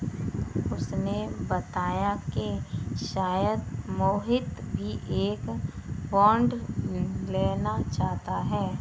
उसने बताया कि शायद मोहित भी एक बॉन्ड लेना चाहता है